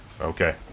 Okay